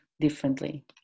differently